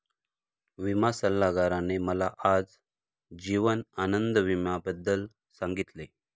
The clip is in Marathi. विमा सल्लागाराने मला आज जीवन आनंद विम्याबद्दल सांगितले